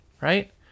right